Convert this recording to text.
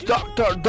Doctor